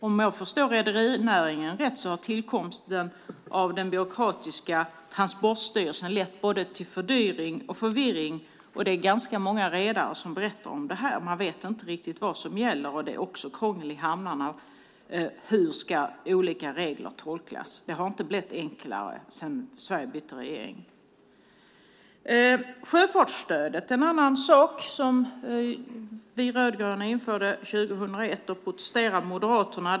Om jag förstår rederinäringen rätt har tillkomsten av den byråkratiska Transportstyrelsen lett till både fördyring och förvirring. Det är ganska många redare som berättar att de inte riktigt vet vad som gäller. Det är också krångel i hamnarna med hur olika regler ska tolkas. Det har inte blivit enklare sedan Sverige bytte regering. Sjöfartsstödet är en annan sak som vi rödgröna införde 2001. Då protesterade Moderaterna.